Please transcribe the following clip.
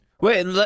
Wait